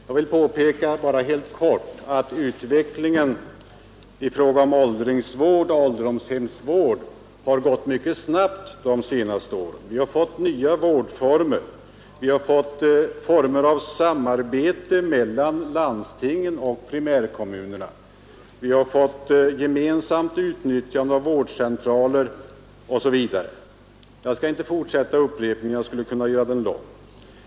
Jag vill då bara helt kort påpeka att utvecklingen i fråga om åldringsvård och ålderdomshemsvård har gått mycket snabbt de senaste åren — vi har fått nya vårdformer, vi har fått nya former av samarbete mellan landstingen och primärkommunerna, vi har fått gemensamt utnyttjande av vårdcentraler osv.; jag skall inte fortsätta uppräkningen, men jag skulle kunna göra den lång.